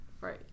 Right